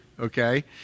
Okay